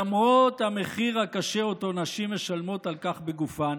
למרות המחיר הקשה שאותו נשים משלמות על כך בגופן